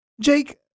Jake